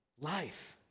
Life